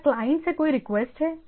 क्या क्लाइंट से कोई रिक्वेस्ट है